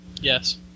Yes